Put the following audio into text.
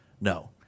no